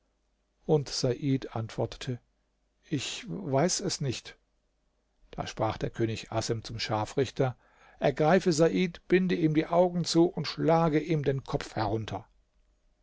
und said antwortete ich weiß es nicht da sprach der könig assem zum scharfrichter ergreife said binde ihm die augen zu und schlage ihm den kopf herunter